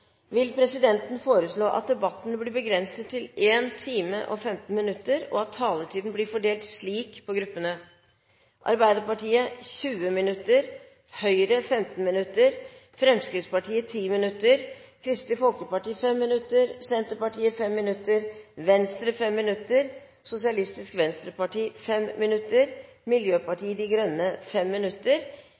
vil presidenten foreslå at debatten blir begrenset til 1 time og 15 minutter, og at taletiden blir fordelt slik på gruppene: Arbeiderpartiet 20 minutter, Høyre 15 minutter, Fremskrittspartiet 10 minutter, Kristelig Folkeparti 5 minutter, Senterpartiet 5 minutter, Venstre 5 minutter, Sosialistisk Venstreparti 5 minutter og Miljøpartiet De Grønne 5 minutter.